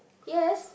yes